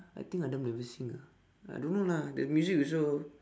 I think adam never sing ah I don't know lah the music also